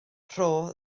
rho